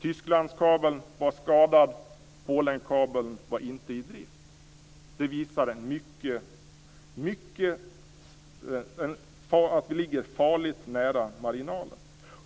Tysklandskabeln var skadad och Polenkabeln var inte i drift. Det visar att vi ligger farligt nära marginalen.